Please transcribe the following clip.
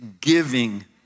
giving